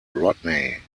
rodney